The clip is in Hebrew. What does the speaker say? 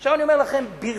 עכשיו אני אומר לכם ברצינות,